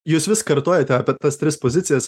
jūs vis kartojate apie tas tris pozicijas